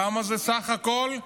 כמה זה בסך הכול?